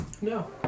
No